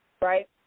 right